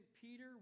Peter